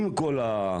עם כל המאמץ.